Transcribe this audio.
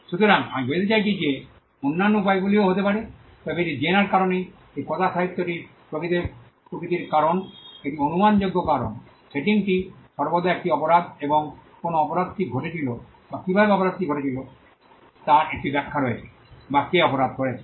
সুতরাং আমি বোঝাতে চাইছি এর অন্যান্য উপায়গুলিও হতে পারে তবে এটি এই জেনার কারণেই এই কথাসাহিত্যটি প্রকৃতির কারণ এটি অনুমানযোগ্য কারণ সেটিংটি সর্বদা একটি অপরাধ এবং কেন অপরাধটি ঘটেছিল বা কীভাবে অপরাধটি ঘটেছিল তার একটি ব্যাখ্যা রয়েছে বা কে অপরাধ করেছে